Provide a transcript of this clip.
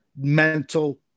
mental